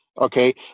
Okay